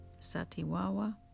satiwawa